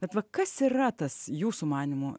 bet va kas yra tas jūsų manymu